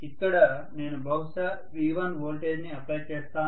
ఇక్కడ నేను బహుశా V1 వోల్టేజ్ ని అప్లై చేస్తాను